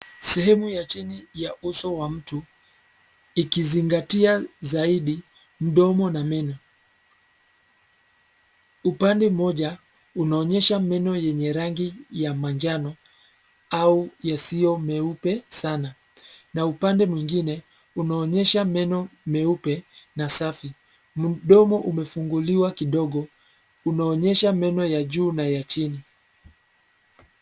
Sehemu ya chini ya uso wa mtu, ikizingatia zaidi mdomo na meno. Upande mmoja, unaonyesha meno yenye rangi ya manjano, au yasiyo meupe sana, na upande mwingine, unaonyesha meno meupe na safi. Mdomo umefunguliwa kidogo, unaonyesha meno ya juu na ya chini.